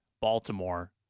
Baltimore